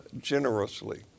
generously